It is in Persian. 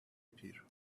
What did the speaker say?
پیر